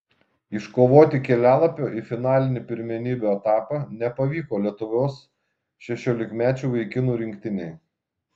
iškovoti kelialapio į finalinį pirmenybių etapą nepavyko lietuvos šešiolikmečių vaikinų rinktinei